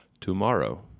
tomorrow